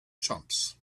chumps